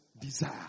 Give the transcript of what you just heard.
desire